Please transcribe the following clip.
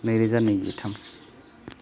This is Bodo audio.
नैरोजा नैजिथाम